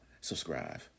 subscribe